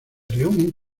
reúnen